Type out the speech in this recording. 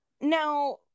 now